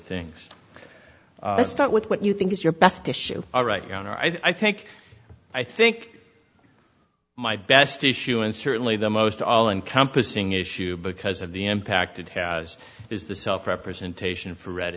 things let's start with what you think is your best issue all right your honor i think i think my best issue and certainly the most all encompassing issue because of the impact it has is the self representation for re